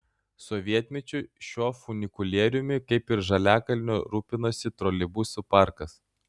sovietmečiu šiuo funikulieriumi kaip ir žaliakalnio rūpinosi troleibusų parkas